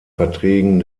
verträgen